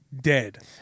dead